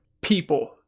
people